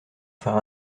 faire